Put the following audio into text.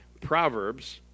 Proverbs